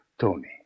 Tony